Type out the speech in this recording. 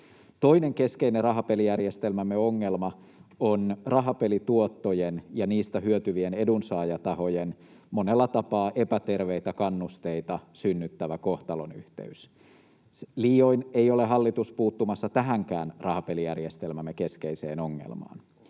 Toinen keskeinen rahapelijärjestelmämme ongelma on rahapelituottojen ja niistä hyötyvien edunsaajatahojen monella tapaa epäterveitä kannusteita synnyttävä kohtalonyhteys. Liioin ei ole hallitus puuttumassa tähänkään rahapelijärjestelmämme keskeiseen ongelmaan.